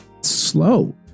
slow